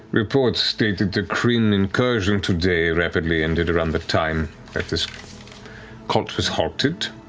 reports state that the kryn incursion today rapidly ended around the time that this cult was halted.